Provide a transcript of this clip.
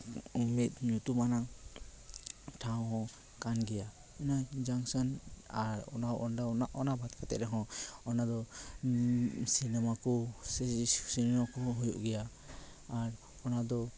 ᱢᱤᱫ ᱧᱩᱛᱩᱢᱟᱱᱟᱝ ᱴᱷᱟᱶ ᱦᱚᱸ ᱠᱟᱱ ᱜᱮᱭᱟ ᱚᱱᱟ ᱡᱚᱝᱥᱮᱱ ᱟᱨ ᱚᱱᱟ ᱚᱱᱟ ᱵᱟᱫ ᱠᱟᱛᱮᱫ ᱨᱮᱦᱚᱸ ᱚᱱᱟ ᱫᱚ ᱥᱤᱱᱮᱢᱟ ᱠᱚ ᱥᱮ ᱥᱤᱱᱮᱢᱟ ᱠᱚᱦᱚᱸ ᱦᱩᱭᱩᱜ ᱜᱮᱭᱟ ᱟᱨ ᱚᱱᱟ ᱫᱚ